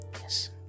Yes